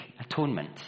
atonement